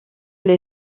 les